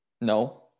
No